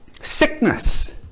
Sickness